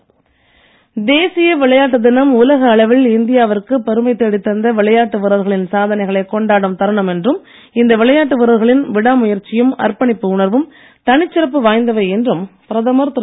மோடி விளையாட்டு தேசிய விளையாட்டு தினம் உலக அளவில் இந்தியாவிற்கு பெருமை தேடித் தந்த விளையாட்டு வீரர்களின் சாதனைகளை கொண்டாடும் தருணம் என்றும் இந்த விளையாட்டு வீரர்களின் விடா முயற்சியும் அர்ப்பணிப்பு உணர்வும் தனிச்சிறப்பு வாய்ந்தவை என்றும் பிரதமர் திரு